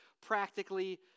practically